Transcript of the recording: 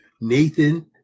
Nathan